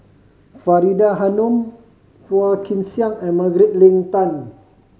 Faridah Hanum Phua Kin Siang and Margaret Leng Tan